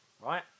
right